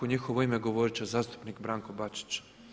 U njihovo ime govoriti će zastupnik Branko Bačić.